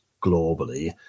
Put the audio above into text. globally